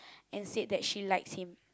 and said that she likes him